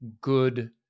good